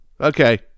okay